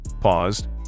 paused